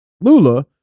Lula